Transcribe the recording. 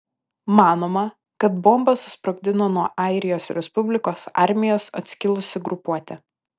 manoma kad bombą susprogdino nuo airijos respublikos armijos atskilusi grupuotė